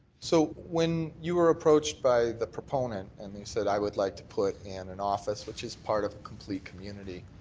so when you were approached by the proponent and they said i would like to put in and an office which is part of complete community,